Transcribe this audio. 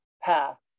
path